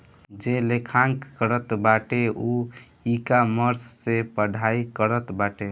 जे लेखांकन करत बाटे उ इकामर्स से पढ़ाई करत बाटे